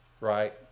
right